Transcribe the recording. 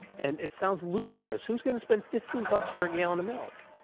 and it sounds ludicrous. who's going to spend fifteen bucks for a gallon of milk.